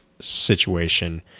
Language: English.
situation